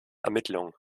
ermittlungen